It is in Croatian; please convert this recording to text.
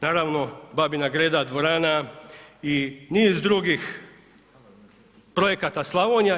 Naravno, Babina Greda dvorana i niz drugih projekata Slavonija.